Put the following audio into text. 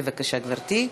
בבקשה, גברתי.